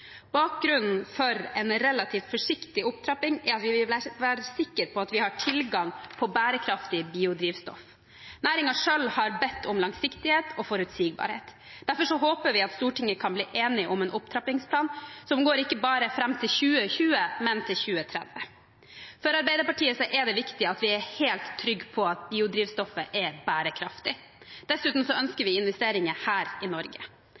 Bakgrunnen for en relativt forsiktig opptrapping er at vi vil være sikker på at vi har tilgang på bærekraftig biodrivstoff. Næringen selv har bedt om langsiktighet og forutsigbarhet. Derfor håper vi at Stortinget kan bli enig om en opptrappingsplan som ikke bare går fram til 2020, men til 2030. For Arbeiderpartiet er det viktig at vi er helt trygg på at biodrivstoffet er bærekraftig. Dessuten ønsker vi investeringer her i Norge.